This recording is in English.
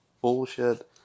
bullshit